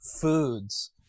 foods